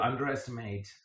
underestimate